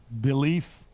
belief